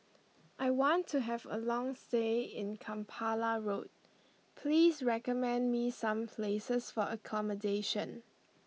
I want to have a long stay in Kampala Road please recommend me some places for accommodation